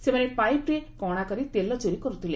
ସେମାନେ ପାଇପ୍ରେ କଶା କରି ତେଲ ଚୋରି କରୁଥିଲେ